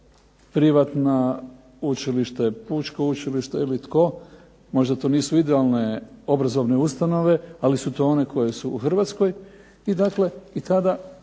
privatna, učilište, Pučko učilište ili tko, možda to nisu idealne obrazovne ustanove ali su to one koje su u Hrvatskoj.